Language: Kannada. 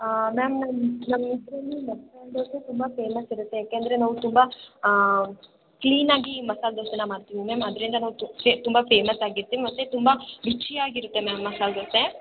ಮ್ಯಾಮ್ ನಮ್ಮ ನಮ್ಮಿದರಲ್ಲಿ ಮಸಾಲೆ ದೋಸೆ ತುಂಬ ಫೇಮಸ್ ಇರುತ್ತೆ ಯಾಕೆಂದರೆ ನಾವು ತುಂಬ ಕ್ಲೀನಾಗಿ ಮಸಾಲೆ ದೋಸೆನ ಮಾಡ್ತೀವಿ ಮ್ಯಾಮ್ ಅದರಿಂದ ನಾವು ತು ಕೆ ತುಂಬ ಫೇಮಸಾಗಿದ್ದು ಮತ್ತು ತುಂಬ ರುಚಿಯಾಗಿರುತ್ತೆ ಮ್ಯಾಮ್ ಮಸಾಲೆ ದೋಸೆ